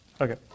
Okay